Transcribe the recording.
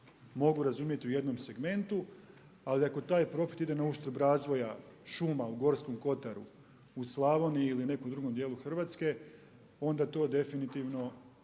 mogu razumjeti u jednom segmentu ali ako taj profit ide na uštrb razvoja šuma u Gorskom kotaru, u Slavoniji ili nekom drugom dijelu Hrvatske onda to definitivno